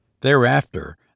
Thereafter